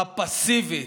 הפסיבית,